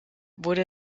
wurde